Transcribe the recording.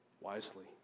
wisely